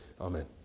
Amen